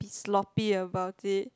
sloppy about it